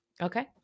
Okay